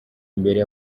imbere